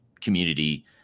community